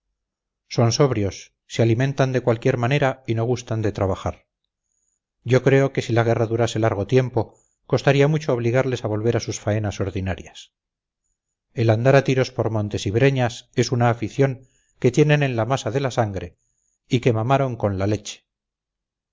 son sobrios se alimentan de cualquier manera y no gustan de trabajar yo creo que si la guerra durase largo tiempo costaría mucho obligarles a volver a sus faenas ordinarias el andar a tiros por montes y breñas es una afición que tienen en la masa de la sangre y que mamaron con la leche